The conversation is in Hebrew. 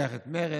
לוקח את מרצ,